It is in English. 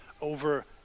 over